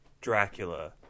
Dracula